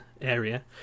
area